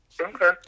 Okay